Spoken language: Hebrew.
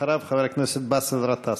אחריו, חבר הכנסת באסל גטאס.